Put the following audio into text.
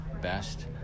best